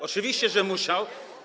Oczywiście, że musiał.